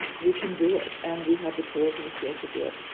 we can do it. and we have the tools and the skills to do it,